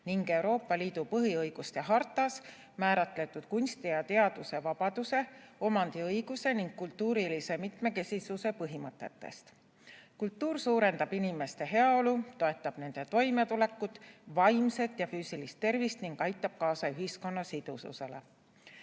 ning Euroopa Liidu põhiõiguste hartas määratletud kunsti ja teaduse vabaduse, omandiõiguse ning kultuurilise mitmekesisuse põhimõtetest. [---] Kultuur suurendab inimeste heaolu, toetab nende toimetulekut, vaimset ja füüsilist tervist ning aitab kaasa ühiskonna sidususele."